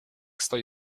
stoi